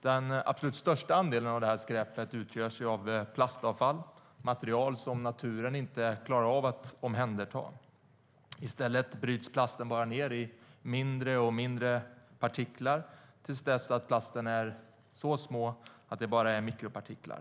Den absolut största andelen av detta skräp utgörs av plastavfall, material som naturen inte klarar av att omhänderta. I stället bryts plasten bara ned i mindre och mindre partiklar till dess att plasten brutits ned till mikropartiklar.